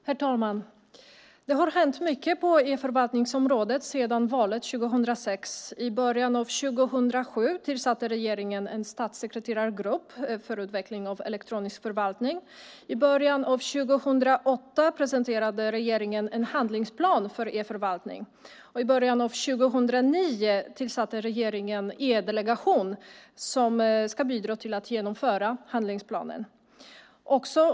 Herr talman! Det har hänt mycket på e-förvaltningsområdet sedan valet 2006. I början av 2007 tillsatte regeringen en statssekreterargrupp för utveckling av elektronisk förvaltning. I början av 2008 presenterade regeringen en handlingsplan för e-förvaltning. I början av 2009 tillsatte regeringen E-delegationen, som ska bidra till att genomföra handlingsplanen.